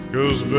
Cause